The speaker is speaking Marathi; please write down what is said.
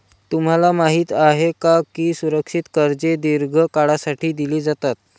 तुम्हाला माहित आहे का की सुरक्षित कर्जे दीर्घ काळासाठी दिली जातात?